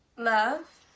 love?